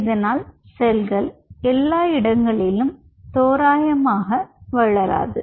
இதனால் செல்கள் எல்லா இடங்களிலும் தோராயமாக வளராது